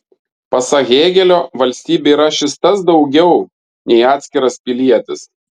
pasak hėgelio valstybė yra šis tas daugiau nei atskiras pilietis